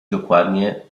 dokładnie